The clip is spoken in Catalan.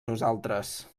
nosaltres